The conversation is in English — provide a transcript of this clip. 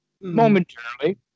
Momentarily